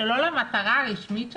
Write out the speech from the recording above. שלא למטרה הרשמית שלהם?